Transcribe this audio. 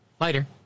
Later